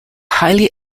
highly